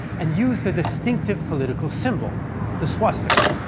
and used a distinctive political symbol the swastika.